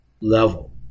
level